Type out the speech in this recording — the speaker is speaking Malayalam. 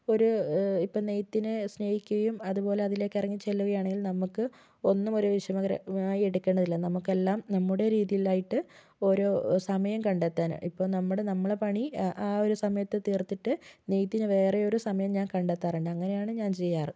ഒരു ഇപ്പം നെയ്ത്തിനെ സ്നേഹിക്കുകയും അത് പോലെ അതിലേക്ക് ഇറങ്ങിച്ചെല്ലുകയും ആണെങ്കിൽ നമുക്ക് ഒന്നുമൊരു വിഷമകരമായി എടുക്കേണ്ടതില്ല നമുക്കെല്ലാം നമ്മുടെ രീതിയിൽ ആയിട്ട് ഓരോ ഓ സമയം കണ്ടെത്താനുണ്ട് ഇപ്പോൾ നമ്മുടെ നമ്മളുടെ പണി എ ആ ഒരു സമയത്ത് തീർത്തിട്ട് നെയ്ത്തിന് വേറെ ഒരു സമയം ഞാൻ കണ്ടെത്താറുണ്ട് അങ്ങനെയാണ് ഞാൻ ചെയ്യാറ്